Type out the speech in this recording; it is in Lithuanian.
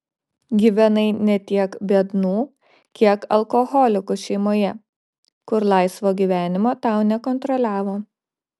gyvenai ne tiek biednų kiek alkoholikų šeimoje kur laisvo gyvenimo tau nekontroliavo